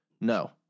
No